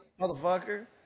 motherfucker